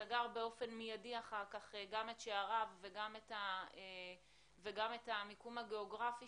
סגר באופן מידי אחר-כך גם את שעריו וגם את המיקום הגיאוגרפי